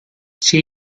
she